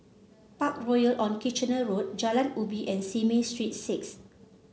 Parkroyal on Kitchener Road Jalan Ubi and Simei Street Six